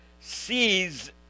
sees